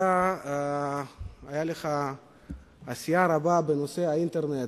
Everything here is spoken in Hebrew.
היתה לך עשייה רבה בנושא האינטרנט,